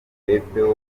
kipepeo